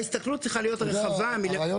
ההסתכלות צריכה להיות רחבה --- אתה יודע,